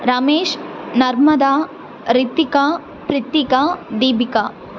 Ramesh Narmada Rithika Prithika Deepika